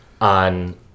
on